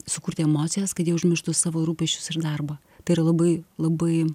sukurti emocijas kad jie užmirštų savo rūpesčius ir darbą tai yra labai labai